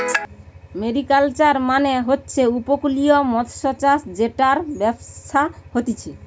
mariculture মানে হচ্ছে উপকূলীয় মৎস্যচাষ জেটার ব্যবসা হতিছে